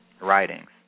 writings